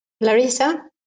Larissa